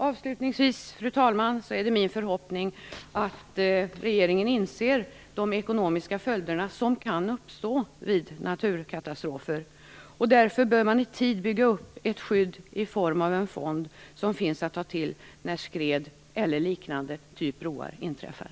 Avslutningsvis, fru talman, är det min förhoppning att regeringen inser vilka ekonomiska följder som kan uppstå vid naturkatastrofer. Därför bör man i tid bygga upp ett skydd i form av en fond som finns att ta till när skred eller liknade, t.ex. i fråga om broar, inträffar.